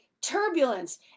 turbulence